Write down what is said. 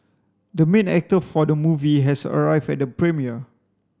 the main actor of the movie has arrived at the premiere